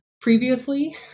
previously